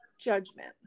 judgment